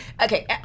okay